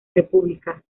república